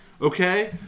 Okay